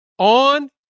on